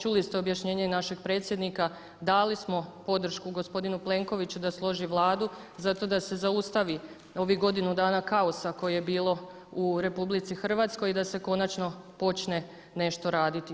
Čuli ste objašnjenje našeg predsjednika, dali smo podršku gospodinu Plenkoviću da složi Vladu zato da se zaustavi ovih godinu dana kaosa koje je bilo u RH i da se konačno počne nešto raditi.